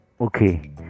okay